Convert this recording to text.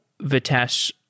Vitesse